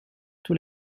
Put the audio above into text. tous